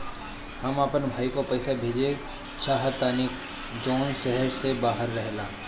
हम अपन भाई को पैसा भेजे के चाहतानी जौन शहर से बाहर रहेला